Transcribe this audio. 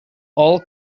all